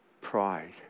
pride